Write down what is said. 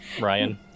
Ryan